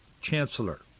chancellor